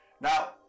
Now